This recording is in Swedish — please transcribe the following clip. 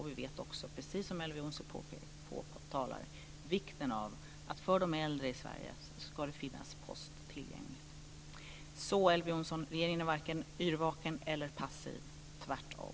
Vi vet också, precis som Elver Jonsson påtalar, vikten av att Regeringen är varken yrvaken eller passiv, Elver Jonsson. Tvärtom.